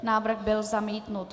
Návrh byl zamítnut.